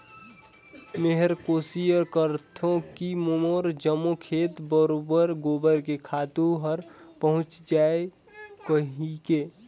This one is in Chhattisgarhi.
मेहर कोसिस करथों की मोर जम्मो खेत मे बरोबेर गोबर के खातू हर पहुँच जाय कहिके